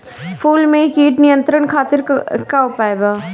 फूल में कीट नियंत्रण खातिर का उपाय बा?